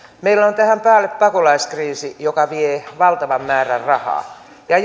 meillä on tähän päälle pakolaiskriisi joka vie valtavan määrän rahaa ja